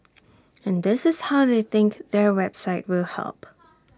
and this is how they think their website will help